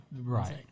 Right